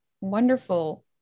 wonderful